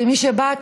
כמי שבאה,